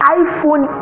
iPhone